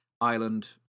Ireland